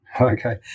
Okay